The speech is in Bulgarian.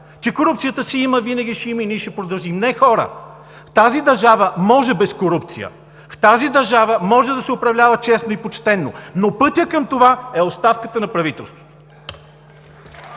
че корупция е имало и винаги ще я има, и ние ще продължим. Не, хора! В тази държава може без корупция. В тази държава може да се управлява честно и почтено, но пътят към това е оставката на правителството!